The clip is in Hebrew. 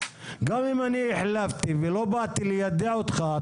גם אם החלפתי ולא באתי ליידע אותך,